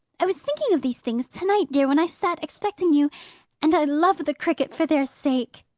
i was thinking of these things to-night, dear, when i sat expecting you and i love the cricket for their sake!